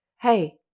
Hey